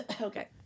Okay